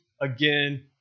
again